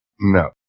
no